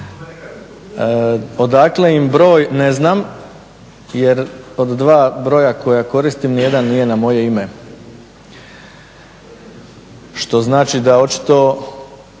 Odakle im broj ne znam, jer od dva broja koja koristim ni jedan nije na moje ime, što znači da očito